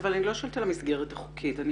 אבל אני לא שואלת על המסגרת החוקית אני